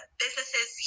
businesses